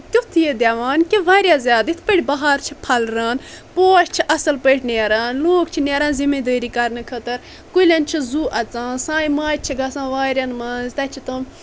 تِیُتھ یہِ دیوان کہِ واریاہ زیادٕ یِتھ پٲٹھۍ بہار چھُ پھہلران پوش چھِ اصل پٲٹھۍ نیران لوٗکھ چھِ نیران زٔمیٖندٲرۍ کرنہِ خٲطرٕ کُلین چھُ زُو اژان سانہِ ماجہِ چھِ گژھان وارٮ۪ن منٛز تتہِ چھِ تِم